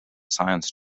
science